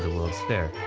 world's fair,